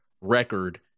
record